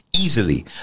Easily